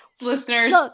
listeners